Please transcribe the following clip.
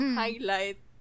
highlight